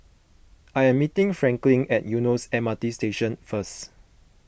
I am meeting Franklin at Eunos M R T Station first